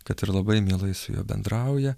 kad ir labai mielai su juo bendrauja